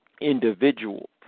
individual